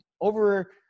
Over